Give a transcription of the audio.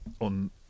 on